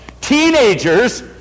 teenagers